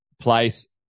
place